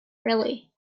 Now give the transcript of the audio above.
really